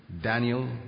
Daniel